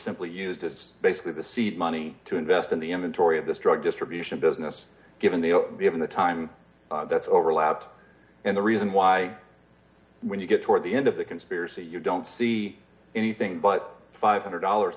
simply used as basically the seed money to invest in the inventory of this drug distribution business given the zero they have in the time that's overlapped and the reason why when you get toward the end of the conspiracy you don't see anything but five hundred dollars